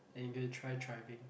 and we'll try driving